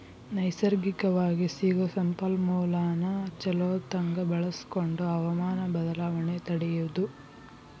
ನೈಸರ್ಗಿಕವಾಗಿ ಸಿಗು ಸಂಪನ್ಮೂಲಾನ ಚುಲೊತಂಗ ಬಳಸಕೊಂಡ ಹವಮಾನ ಬದಲಾವಣೆ ತಡಿಯುದು